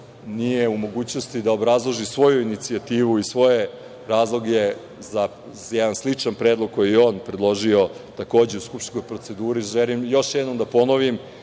nije u mogućnosti da obrazloži svoju inicijativu i svoje razloge, za jedan sličan predlog koji je on predložio takođe u skupštinskoj proceduri, želim još jednom da ponovim,